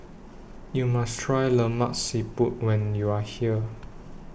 YOU must Try Lemak Siput when YOU Are here